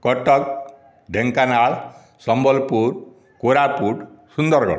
Cuttack Dhenkanal Sambalpur Koraput Sundargarh